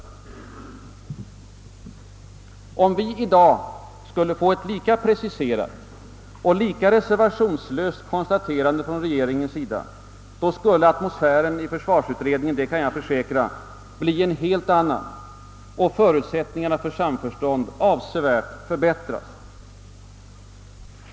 Om vi i dag skulle få ett lika preciserat och lika reservationslöst konstaterande från regeringen, skulle atmosfären i försvarsutredningen bli en helt annan, det kan jag försäkra, och förutsättningarna för samförstånd skulle avsevärt förbättras.